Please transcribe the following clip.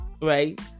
right